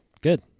good